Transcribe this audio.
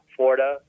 Florida